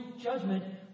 judgment